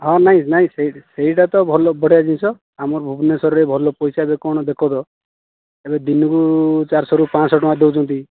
ହଁ ନାଇଁ ନାଇଁ ସେହି ସେଇଟା ତ ଭଲ ବଢ଼ିଆ ଜିନିଷ ଆମର ଭୁବନେଶ୍ୱର ରେ ଭଲ ପଇସା ଏବେ କଣ ଦେଖତ ଏବେ ଦିନ କୁ ଚାରି ଶହ ରୁ ପାଞ୍ଚ ଶହ ଟଙ୍କା ଦେଉଛନ୍ତି